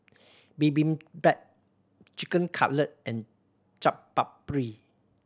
Bibimbap Chicken Cutlet and Chaat Papri